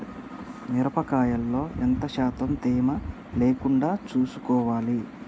మిరప కాయల్లో ఎంత శాతం తేమ లేకుండా చూసుకోవాలి?